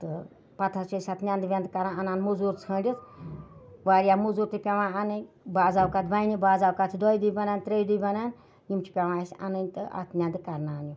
تہٕ پَتہٕ حظ چھِ أسۍ اَتھ نٮ۪نٛدٕ وٮ۪نٛدٕ کَران اَنان مٔزوٗر ژھٲنٛڑِتھ واریاہ مٔزوٗر تہِ پیٚوان انٕنۍ بازاوقات بَنہِ بازاوقات چھِ دۄیہِ دُہۍ بنان ترٛیٚیہِ دُہۍ بَنان یِم چھِ پیٚوان اَسہِ اَنٕنۍ تہٕ اَتھ نٮ۪نٛدٕ کَرناونہِ